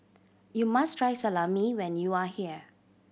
you must try Salami when you are here